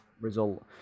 result